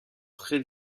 très